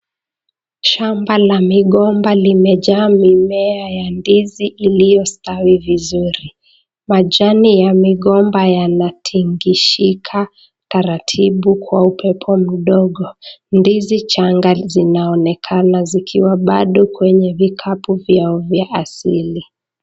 Shamba la migomba limejaa mimea ya ndizi iliyostawi vizuri, majani ya migomba yanatingishika taratibu kwa upepo mdogo, ndizi changa zinaonekana zikiwa bado kwenye vikapu vyao vya asili.